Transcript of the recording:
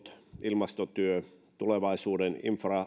ilmastotyötä tulevaisuuden